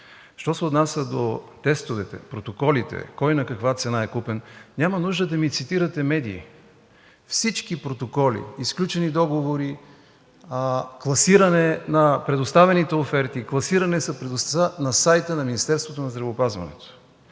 Що се отнася до тестовете, протоколите, кой на каква цена е купен. Няма нужда да ми цитирате медии. Всички протоколи и сключени договори, класиране на предоставените оферти, класирани са на сайта на Министерството на здравеопазването.